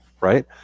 right